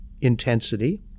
intensity